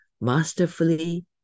masterfully